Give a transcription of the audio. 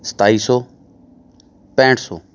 ਸਤਾਈ ਸੌ ਪੈਂਹਠ ਸੌ